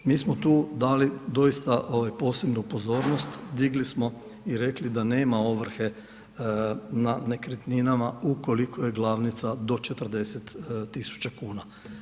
Mi smo tu dali doista posebnu pozornost, digli smo i rekli da nema ovrhe na nekretninama ukoliko je glavnica do 40 tisuća kuna.